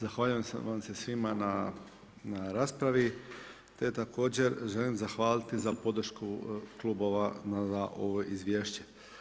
Zahvaljujem vam se svima na raspravi te također želim zahvaliti za podršku klubova na ovo izvješće.